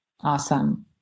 Awesome